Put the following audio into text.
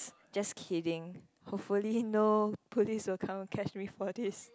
just kidding hopefully no put this account catch me for this